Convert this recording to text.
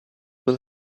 will